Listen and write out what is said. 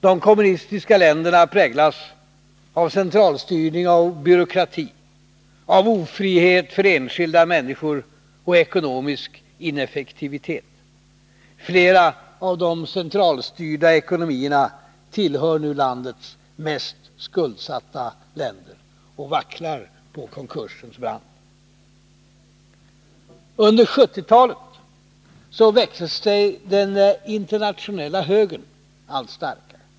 De kommunistiska länderna präglas av centralstyrning och byråkrati, av ofrihet för enskilda människor och ekonomisk ineffektivitet. Flera av de centralstyrda ekonomierna tillhör nu världens mest skuldsatta länder och vacklar på konkursens brant. Under 1970-talet växte sig den internationella högern allt starkare.